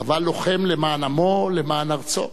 אבל לוחם למען עמו, למען ארצו.